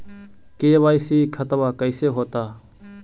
KYC खतबा कैसे होता?